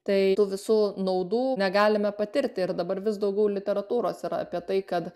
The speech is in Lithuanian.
tai tų visų naudų negalime patirti ir dabar vis daugiau literatūros yra apie tai kad